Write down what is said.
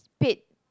paid